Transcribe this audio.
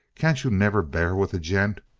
can't you never bear with a gent?